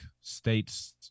states